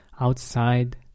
outside